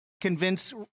convince